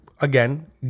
Again